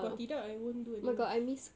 kalau tidak I won't do anyway